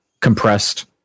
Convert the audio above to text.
compressed